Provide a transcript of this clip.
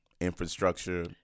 infrastructure